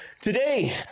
Today